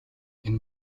энэ